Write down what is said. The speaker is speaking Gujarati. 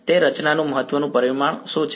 તે રચનાનું મહત્તમ પરિમાણ શું છે